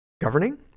governing